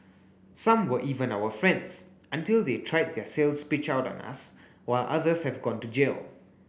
some were even our friends until they tried their sales pitch out on us while others have gone to jail